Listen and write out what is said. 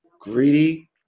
greedy